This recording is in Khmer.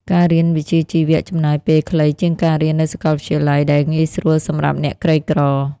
ការរៀនវិជ្ជាជីវៈចំណាយពេលខ្លីជាងការរៀននៅសកលវិទ្យាល័យ ដែលងាយស្រួលសម្រាប់អ្នកក្រីក្រ។